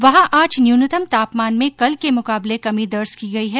वहॉ आज न्यूनतम तापमान में कल के मुकाबले कमी दर्ज की गई है